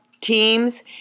teams